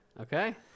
Okay